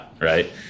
right